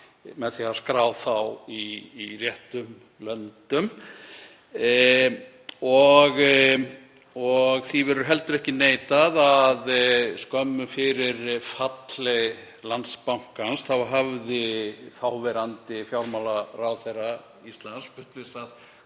með því að skrá þá í réttum löndum. Því verður heldur ekki neitað að skömmu fyrir fall Landsbankans hafði þáverandi fjármálaráðherra Íslands fullvissað